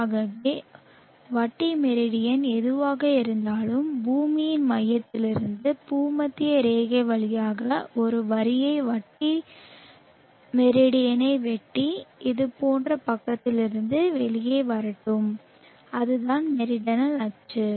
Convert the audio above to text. ஆகவே வட்டி மெரிடியன் எதுவாக இருந்தாலும் பூமியின் மையத்திலிருந்து பூமத்திய ரேகை வழியாக ஒரு வரியை வட்டி மெரிடியனை வெட்டி இது போன்ற பக்கத்திலிருந்து வெளியே வரட்டும் அதுதான் மெரிடனல் அச்சு